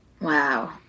Wow